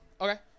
Okay